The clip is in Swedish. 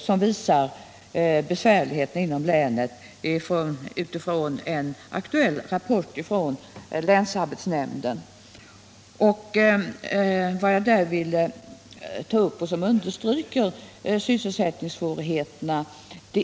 Jag vill ta upp ett par punkter ur en aktuell rapport från länsarbetsnämnden som ytterligare understryker sysselsättningssvårigheterna i länet.